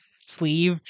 sleeve